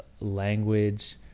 language